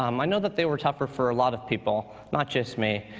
um i know that they were tougher for a lot of people, not just me.